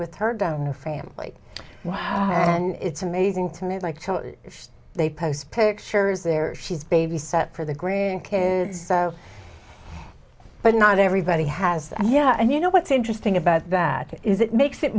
with her down family and it's amazing to me like they post pictures there she's babysat for the grandkids so but not everybody has and yeah and you know what's interesting about that is it makes it